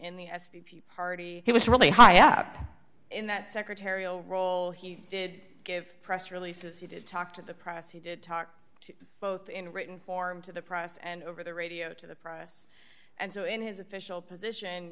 in the party he was really high up in that secretarial role he did give press releases he did talk to the press he did talk to both in a written form to the press and over the radio to the press and so in his official position